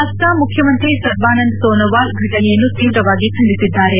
ಅಸ್ಲಾಂ ಮುಖ್ಯಮಂತ್ರಿ ಸೋರ್ಬಾನಂದ ಸೋನೊವಾಲ್ ಫಟನೆಯನ್ನು ತೀವ್ರವಾಗಿ ಖಂಡಿಸಿದ್ದಾರೆ